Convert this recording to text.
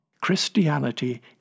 Christianity